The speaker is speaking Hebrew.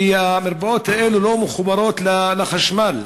המרפאות האלו לא מחוברות לחשמל.